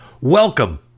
Welcome